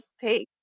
take